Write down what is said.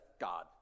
God